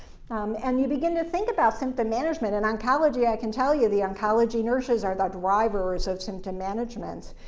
um and you begin to think about symptom management. in oncology, i can tell you, the oncology nurses are the drivers of symptom management,